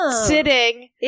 sitting